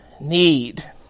need